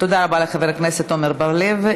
תודה רבה לחבר הכנסת עמר בר-לב.